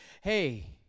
hey